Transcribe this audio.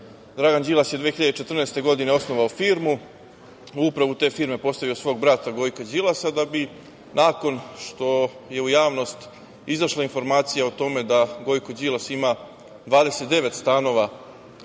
Dragan Đilas 2014. godine osnovao firmu, u upravu te firme postavio svog brata Gojka Đilasa, da bi, nakon što je u javnost izašla informacija da Gojko Đilas ima 29 stanova